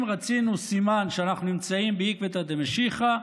אם רצינו סימן שאנחנו נמצאים בעקבתא דמשיחא,